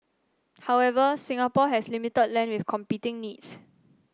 however Singapore has limited land with competing needs